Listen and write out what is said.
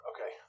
Okay